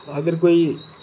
अगर कोई